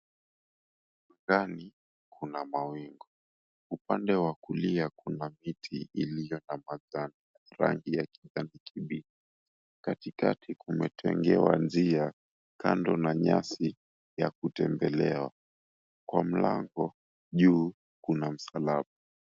Angani kuna mawingu. Upande wa kulia kuna miti iliyo na matawi rangi ya kijani kibichi. Katikati kumetengewa njia kando na nyasi ya kutembelewa. Kwa mlango juu kuna msalaba.